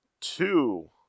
two